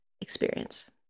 experience